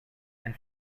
and